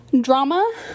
drama